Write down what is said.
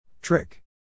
Trick